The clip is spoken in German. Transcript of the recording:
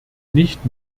nicht